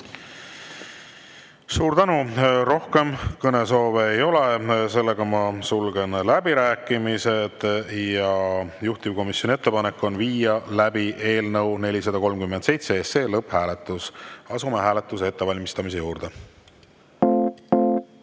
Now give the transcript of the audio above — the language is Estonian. Suur tänu! Rohkem kõnesoove ei ole. Ma sulgen läbirääkimised. Juhtivkomisjoni ettepanek on viia läbi eelnõu 437 lõpphääletus. Asume hääletuse ettevalmistamise juurde.